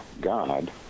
god